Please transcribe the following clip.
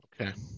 Okay